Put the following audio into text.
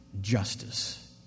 justice